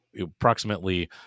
approximately